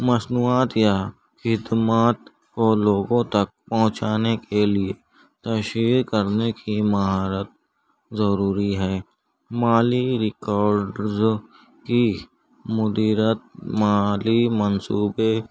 مصنوعات یا اعتماد اور لوگوں تک پہنچانے کے لیے تشہیر کرنے کی مہارت ضروری ہے مالی ریکارڈز کی مدیرت مالی منصوبے